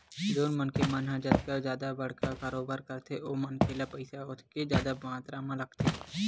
जउन मनखे मन ह जतका जादा बड़का कारोबार करथे ओ मनखे ल पइसा ओतके जादा मातरा म लगथे